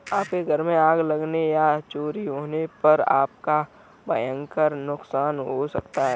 आपके घर में आग लगने या चोरी होने पर आपका भयंकर नुकसान हो सकता है